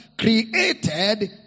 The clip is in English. Created